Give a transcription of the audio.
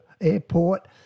airport